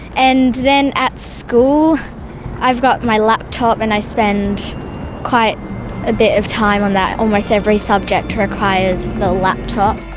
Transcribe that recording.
and then at school i've got my laptop and i spend quite a bit of time on that. almost every subject requires the laptop.